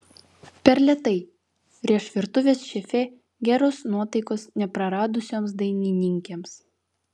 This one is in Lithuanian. per lėtai rėš virtuvės šefė geros nuotaikos nepraradusioms dainininkėms